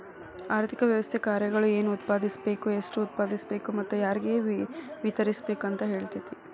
ಆರ್ಥಿಕ ವ್ಯವಸ್ಥೆ ಕಾರ್ಯಗಳು ಏನ್ ಉತ್ಪಾದಿಸ್ಬೇಕ್ ಎಷ್ಟು ಉತ್ಪಾದಿಸ್ಬೇಕು ಮತ್ತ ಯಾರ್ಗೆ ವಿತರಿಸ್ಬೇಕ್ ಅಂತ್ ಹೇಳ್ತತಿ